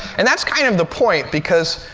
and that's kind of the point. because,